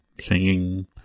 singing